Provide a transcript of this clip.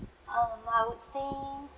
um I would say